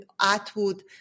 Atwood